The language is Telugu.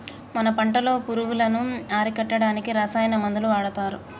మన పంటలో పురుగులను అరికట్టడానికి రసాయన మందులు వాడతారు